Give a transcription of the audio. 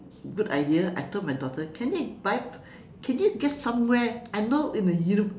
good idea I told my daughter can you buy can you get somewhere I know in the univ~